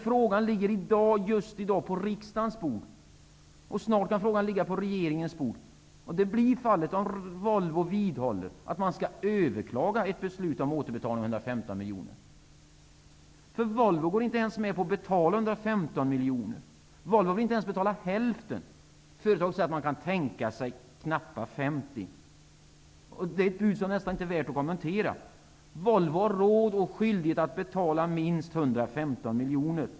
Frågan ligger just i dag på riksdagens bord. Snart kan frågan ligga på regeringens bord. Det blir fallet om Volvo vidhåller att man skall överklaga ett beslut om återbetalning av 115 miljoner kronor. Volvo går inte ens med på att betala 115 miljoner. Volvo vill inte ens betala hälften. Företaget kan möjligen tänka sig knappt 50 miljoner. Det är ett bud som nästan inte är värt att kommentera. Volvo har råd och skyldighet att betala minst 115 miljoner.